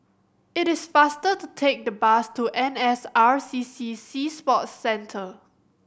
it is faster to take the bus to N S R C C Sea Sports Centre